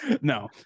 No